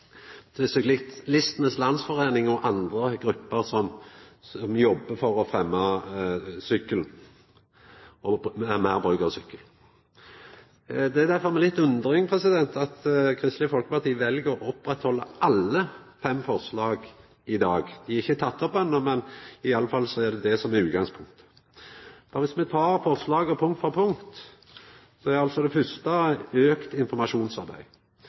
men òg i samarbeid med dei raud-grøne politikarane her – prøvd å koma Kristeleg Folkepartis forslag i møte i stor grad. Me har òg sjølvsagt lytta til Syklistenes Landsforening og andre grupper som jobbar for å fremja meir bruk av sykkel. Det er derfor med litt undring at Kristeleg Folkeparti vel å oppretthalda alle dei fem forslaga i dag. Dei er ikkje tekne opp enno, men iallfall er det det som er utgangspunktet. Lat oss ta forslaga punkt for punkt. Det første